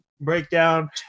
breakdown